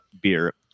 Beer